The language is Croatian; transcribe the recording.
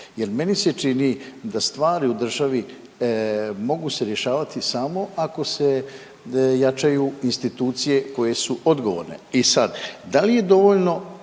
Jer meni se čini da stvari u državi mogu se rješavati samo ako se jačaju institucije koje su odgovorne i sad da li je dovoljno